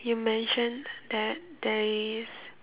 you mentioned that there is